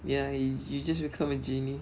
ya you you just become a genie